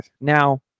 Now